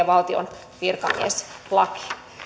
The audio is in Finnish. valtion virkamieslakiin